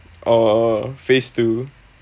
orh orh phase two